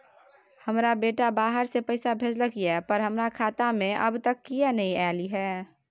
हमर बेटा बाहर से पैसा भेजलक एय पर हमरा खाता में अब तक किये नाय ऐल है?